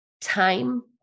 time